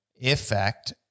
effect